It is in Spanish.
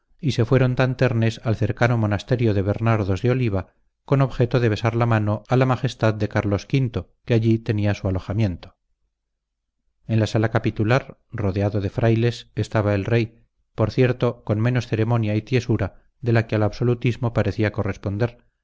y se fueron tan ternes al cercano monasterio de bernardos de oliva con objeto de besar la mano a la majestad de carlos v que allí tenía su alojamiento en la sala capitular rodeado de frailes estaba el rey por cierto con menos ceremonia y tiesura de la que al absolutismo parecía corresponder